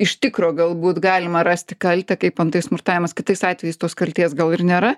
iš tikro galbūt galima rasti kaltę kaip antai smurtavimas kitais atvejais tos kaltės gal ir nėra